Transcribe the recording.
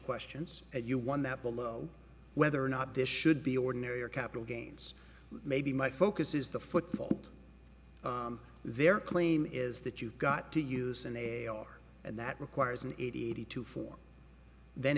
questions at you one that below whether or not this should be ordinary or capital gains maybe my focus is the football their claim is that you've got to use and they are and that requires an eighty two form then